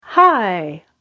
Hi